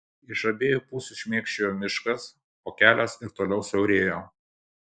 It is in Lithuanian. iš abiejų pusių šmėkščiojo miškas o kelias ir toliau siaurėjo